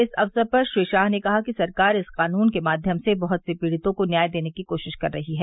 इस अवसर पर श्री शाह ने कहा कि सरकार इस कानून के माध्यम से बहुत से पीड़ितों को न्याय देने की कोशिश कर रही है